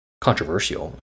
controversial